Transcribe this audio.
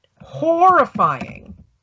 horrifying